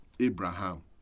Abraham